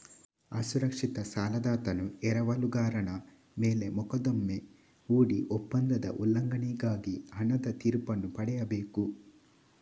ಅಸುರಕ್ಷಿತ ಸಾಲದಾತನು ಎರವಲುಗಾರನ ಮೇಲೆ ಮೊಕದ್ದಮೆ ಹೂಡಿ ಒಪ್ಪಂದದ ಉಲ್ಲಂಘನೆಗಾಗಿ ಹಣದ ತೀರ್ಪನ್ನು ಪಡೆಯಬೇಕು